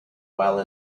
while